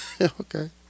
Okay